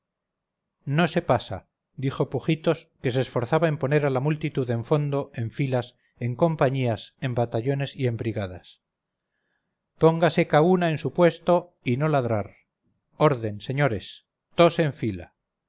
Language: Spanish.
no se pasa dijo pujitos que se esforzaba en poner a la multitud en fondo en filas en compañías en batallones y en brigadas póngase ca una en su puesto y no ladrar orden señores toos en fila